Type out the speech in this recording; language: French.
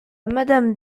madame